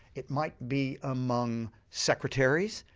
it might be among secretaries.